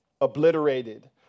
Obliterated